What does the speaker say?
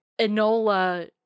Enola